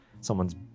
someone's